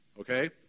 Okay